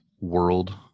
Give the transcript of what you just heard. world